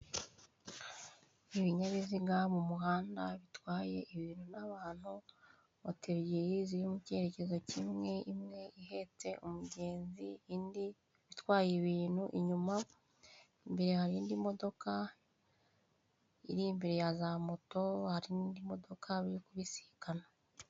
Ibinyabiziga mu muhanda bitwaye ibintu n'abantu moto ebyiri ziri mu cyerekezo kimwe, imwe ihetse umugenzi indi itwaye ibintu inyuma, imbere hari indi modoka iri imbere ya za moto hari n'indi modoka biri kubisikana.